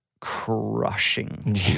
crushing